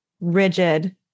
rigid